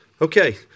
Okay